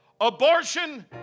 Abortion